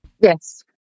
Yes